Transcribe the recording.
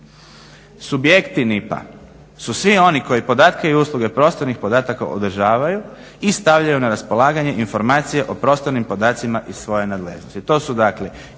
Subjekti NIP-a su svi oni koji podatke i usluge prostornih podataka održavaju i stavljaju na raspolaganje informacije o prostornim podacima iz svoje nadležnosti.